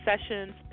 sessions